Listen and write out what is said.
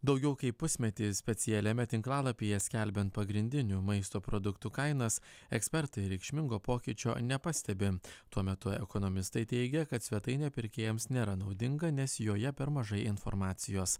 daugiau kaip pusmetį specialiame tinklalapyje skelbiant pagrindinių maisto produktų kainas ekspertai reikšmingo pokyčio nepastebim tuo metu ekonomistai teigia kad svetainė pirkėjams nėra naudinga nes joje per mažai informacijos